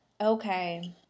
okay